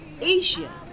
asia